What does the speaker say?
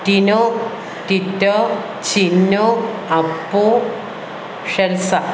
Tino Tito Chinnu Appu Shelza